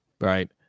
Right